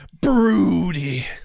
broody